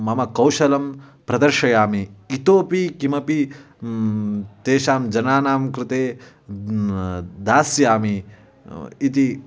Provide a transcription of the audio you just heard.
मम कौशलं प्रदर्शयामि इतोऽपि किमपि तेषां जनानां कृते दास्यामि इति